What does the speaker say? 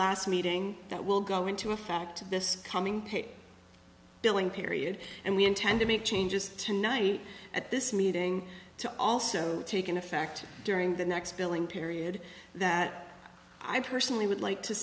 last meeting that will go into effect this coming pit billing period and we intend to make changes tonight at this meeting to also taken effect during the next billing period that i personally would like to